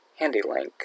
HandyLink